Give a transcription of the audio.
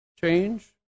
change